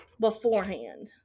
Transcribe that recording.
beforehand